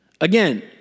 Again